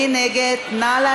מי נגד?